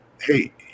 hey